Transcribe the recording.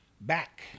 back